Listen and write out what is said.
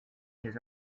his